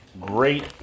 great